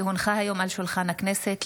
כי הונחו היום על שולחן הכנסת,